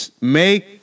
make